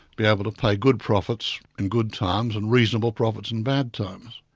be able to pay good profits in good times, and reasonable profits in bad times.